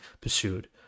pursued